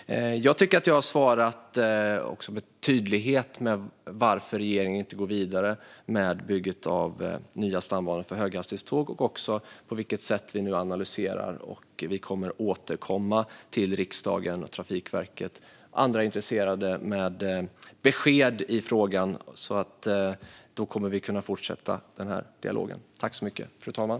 Jag tycker att jag också har svarat med tydlighet på varför regeringen inte går vidare med bygget av nya stambanor för höghastighetståg och på vilket sätt vi nu analyserar frågan. Vi kommer att återkomma till riksdagen, Trafikverket och alla intresserade med besked i frågan. Då kommer vi att kunna fortsätta den här dialogen.